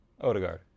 Odegaard